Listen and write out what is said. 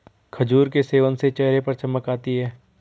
खजूर के सेवन से चेहरे पर चमक आती है